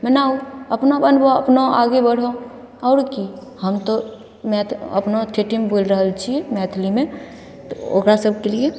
बनाउ अपना बनबऽ अपना आगे बढ़ऽ आओर कि हम तऽ मैथ अपना ठेठीमे बोलि रहल छी मैथिलीमे तऽ ओकरासभके लिए